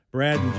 Brad